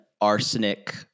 arsenic